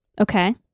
Okay